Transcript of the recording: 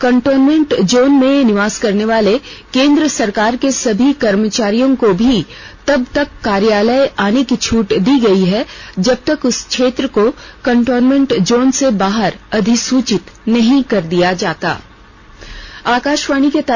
containment zone में निवास करने वाले केंद्र सरकार के सभी कर्मचारियों को भी तब तक कार्यालय आने की छूट दी गई है जब तक उस क्षेत्र को कनटेनमेंट जोन से बाहर अधिसूचित नहीं कर दिया जाता